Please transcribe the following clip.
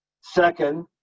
Second